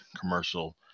commercial